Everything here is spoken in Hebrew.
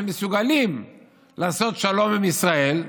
שמסוגלים לעשות שלום עם ישראל,